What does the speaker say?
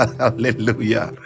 hallelujah